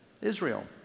Israel